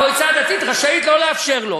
המועצה הדתית רשאית לא לאפשר לו.